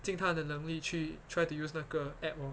尽她的能力去 try to use 那个 app~ orh